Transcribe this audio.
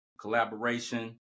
collaboration